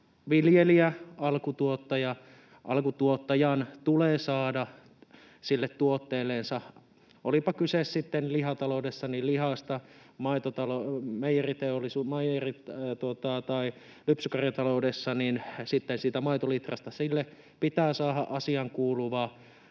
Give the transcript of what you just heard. viljelijän, alkutuottajan, tulee saada sille tuotteellensa — olipa kyse sitten lihataloudessa lihasta tai meijeri- tai lypsykarjataloudessa siitä maitolitrasta — asiaankuuluva